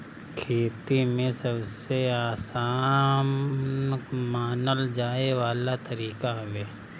खेती में सबसे आसान मानल जाए वाला तरीका हवे